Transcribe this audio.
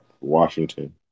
Washington